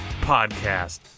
Podcast